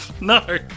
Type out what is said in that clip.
No